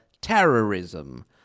terrorism